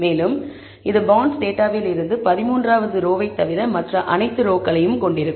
மேலும் இது பாண்ட்ஸ் டேட்டாவில் இருந்து 13 வது ரோ வை தவிர மற்ற அனைத்து ரோக்களையும் கொண்டிருக்கும்